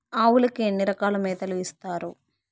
ఆవులకి ఎన్ని రకాల మేతలు ఇస్తారు?